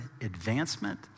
advancement